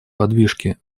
подвижки